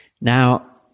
Now